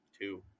two